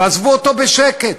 ועזבו אותו בשקט.